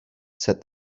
said